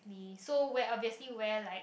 ly so wear obviously wear like